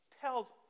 tells